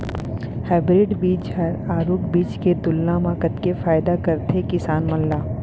Hybrid बीज हा आरूग बीज के तुलना मा कतेक फायदा कराथे किसान मन ला?